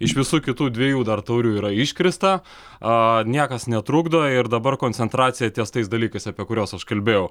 iš visų kitų dviejų dar taurių yra iškrista a niekas netrukdo ir dabar koncentracija ties tais dalykais apie kuriuos aš kalbėjau